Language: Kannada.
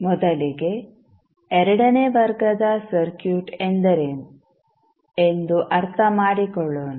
ಮೊದಲಿಗೆ ಎರಡನೇ ವರ್ಗದ ಸರ್ಕ್ಯೂಟ್ ಎಂದರೇನು ಎಂದು ಅರ್ಥಮಾಡಿಕೊಳ್ಳೋಣ